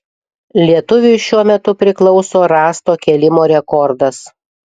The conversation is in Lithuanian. lietuviui šiuo metu priklauso rąsto kėlimo rekordas